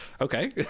okay